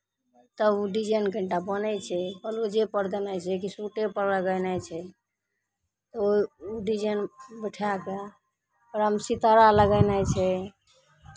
तब ओ डिजाइन कनि टा बनै छै ब्लाउजेपर देनाइ छै कि सूटेपर लगेनाइ छै तऽ ओहि डिजाइन बैठाए कऽ ओकरामे सितारा लगेनाइ छै